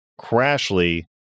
crashly